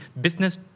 Business